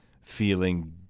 feeling